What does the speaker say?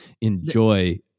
enjoy